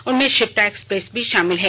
उनमें शिप्रा एक्सप्रेस भी शामिल है